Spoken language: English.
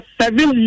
seven